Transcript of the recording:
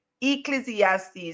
ecclesiastes